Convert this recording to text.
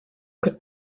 could